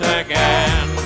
again